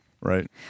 Right